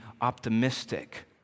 optimistic